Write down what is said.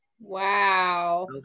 Wow